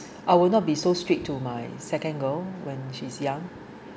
I will not be so strict to my second girl when she's young